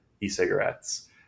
e-cigarettes